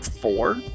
four